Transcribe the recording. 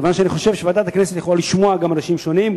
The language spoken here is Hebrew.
כיוון שאני חושב שוועדת הכנסת יכולה לשמוע גם אנשים שונים,